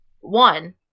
one